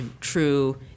true